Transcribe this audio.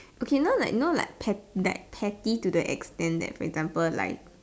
okay know like know like petty to the extent that for example like